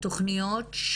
כלכלית של